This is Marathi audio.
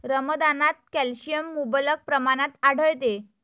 रमदानात कॅल्शियम मुबलक प्रमाणात आढळते